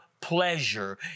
pleasure